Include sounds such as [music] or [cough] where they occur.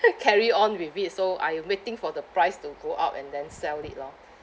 [laughs] carry on with it so I waiting for the price to go up and then sell it lor